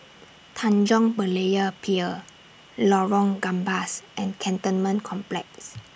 Tanjong Berlayer Pier Lorong Gambas and Cantonment Complex